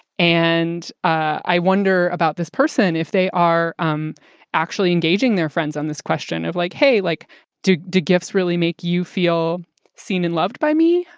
and i wonder about this person if they are um actually engaging their friends on this question of like, hey, like to do gifts, really make you feel seen and loved by me?